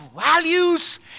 values